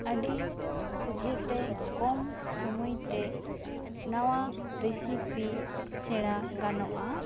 ᱟᱹᱰᱤ ᱥᱚᱡᱷᱮ ᱛᱮ ᱠᱚᱢ ᱥᱚᱢᱟᱭ ᱛᱮ ᱱᱟᱣᱟ ᱨᱮᱥᱤᱯᱤ ᱥᱮᱬᱟ ᱜᱟᱱᱚᱜ ᱟ